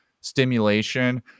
stimulation